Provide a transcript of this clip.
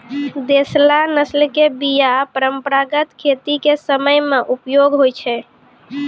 देशला नस्ल के बीया परंपरागत खेती के समय मे उपयोग होय छै